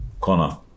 Connor